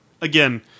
again